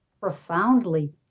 profoundly